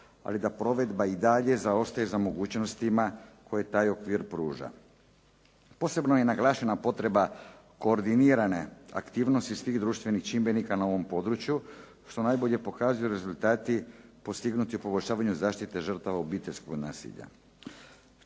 ali da provedba i dalje zaostaje za mogućnostima koje taj okvir pruža. Posebno je naglašena potreba koordinirane aktivnosti svih društvenih čimbenika na ovom području što najbolje pokazuju rezultati postignuti u poboljšavanju zaštite žrtava obiteljskog nasilja.